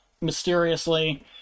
mysteriously